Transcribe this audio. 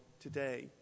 today